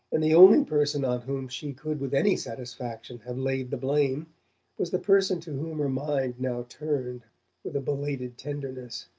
and the only person on whom she could with any satisfaction have laid the blame was the person to whom her mind now turned with a belated tenderness.